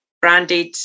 branded